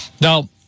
Now